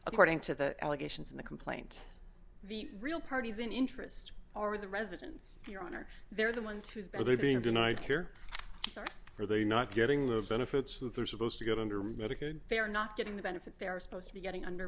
according to the allegations in the complaint the real parties in interest are the residents here on are they're the ones who are they being denied care for they not getting the benefits that they're supposed to get under medicaid they are not getting the benefits they are supposed to be getting under